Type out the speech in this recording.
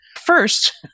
First